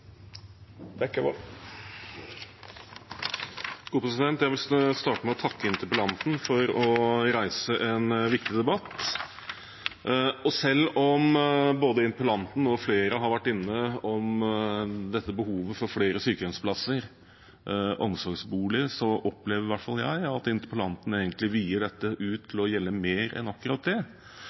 Jeg vil starte med å takke interpellanten for å reise en viktig debatt. Selv om både interpellanten og flere har vært innom behovet for flere sykehjemsplasser og omsorgsboliger, opplever i hvert fall jeg at interpellanten egentlig vider dette ut til å gjelde mer enn akkurat det.